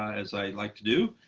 as i like to do.